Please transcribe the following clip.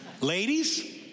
Ladies